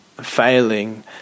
failing